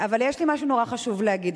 אבל יש לי משהו מאוד חשוב להגיד.